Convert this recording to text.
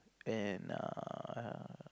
and err